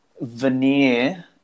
veneer